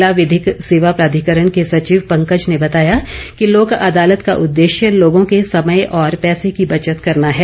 जिला विधिक सेवा प्राधिकरण के सचिव पंकज ने बताया कि लोक अदालत का उदेश्य लोगों के समय और पैसे की बचत करना है